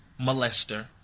molester